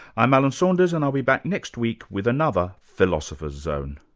i'm alan saunders, and i'll be back next week with another philosopher's zone